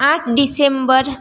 આઠ ડિસેમ્બર